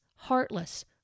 Heartless